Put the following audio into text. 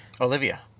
Olivia